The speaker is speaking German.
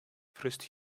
frisst